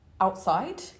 outside